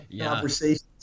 conversations